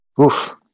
oof